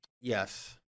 Yes